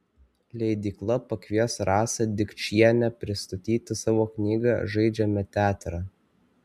leidykla pakvies rasą dikčienę pristatyti savo knygą žaidžiame teatrą